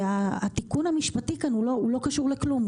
והתיקון המשפטי כאן לא קשור לכלום,